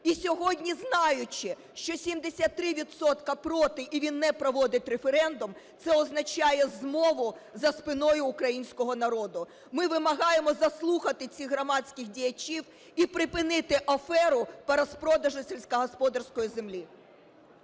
і сьогодні, знаючи, що 73 відсотки проти і він не проводить референдум, це означає змову за спиною українського народу. Ми вимагаємо заслухати цих громадських діячів і припинити аферу по розпродажу сільськогосподарської землі.